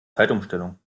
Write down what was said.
zeitumstellung